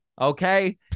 okay